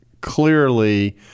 clearly